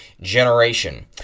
generation